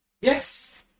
Yes